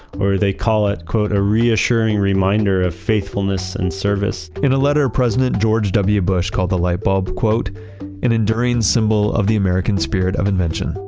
or they call it call it a reassuring reminder of faithfulness and service. in a letter, president george w. bush called the light bulb an enduring symbol of the american spirit of invention.